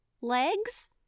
legs